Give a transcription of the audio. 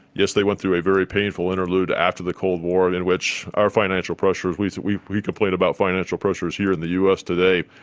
yes, they went through a very painful interlude after the cold war in which our financial pressures, we so we complain about financial pressures here in the us today,